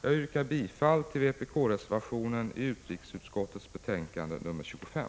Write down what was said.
Jag yrkar bifall till vpk-reservationen vid utrikesutskottets betänkande nr 25.